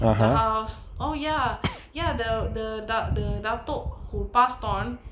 the house oh ya ya the the duck the datuk who passed on